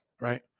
right